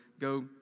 go